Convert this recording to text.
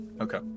Okay